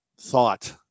thought